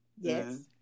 Yes